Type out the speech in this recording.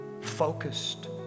focused